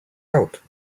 out